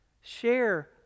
share